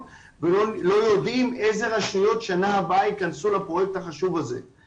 ולא יודעים איזה רשויות ייכנסו לפרויקט החשוב הזה בשנה הבאה.